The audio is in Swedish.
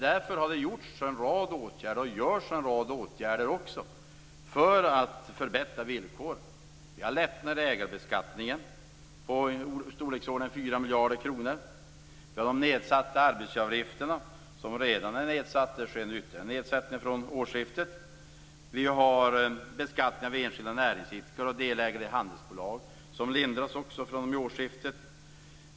Därför har det vidtagits en rad åtgärder, och därför vidtas också en rad åtgärder för att förbättra villkoren. Vi har lättnader i ägarbeskattningen i storleksordningen 4 miljarder kronor. Vi har nedsatta arbetsgivaravgifter. De är redan nedsatta och det sker en ytterligare nedsättning från årsskiftet. Vi har beskattning av enskilda näringsidkare och delägare i handelsbolag, som också lindras från årsskiftet.